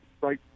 right